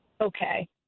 Okay